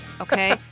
Okay